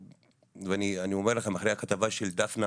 ואני אומר לכם אחרי הכתבה של דפנה